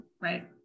right